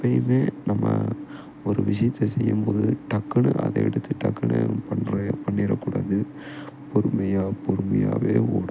எப்போயுமே நம்ம ஒரு விஷயத்தை செய்யும்போது டக்குன்னு அதை எடுத்து டக்குன்னு நம்ம பண்ணுற பண்ணிவிட கூடாது பொறுமையாக பொறுமையாகவே ஓடணும்